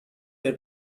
were